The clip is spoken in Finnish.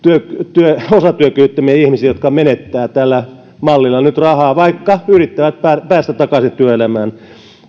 osatyökyvyttömiä ihmisiä jotka menettävät tällä mallilla nyt rahaa vaikka yrittävät päästä takaisin työelämään